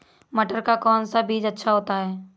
मटर का कौन सा बीज अच्छा होता हैं?